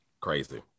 crazy